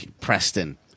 Preston